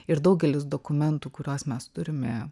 ir daugelis dokumentų kuriuos mes turime